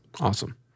Awesome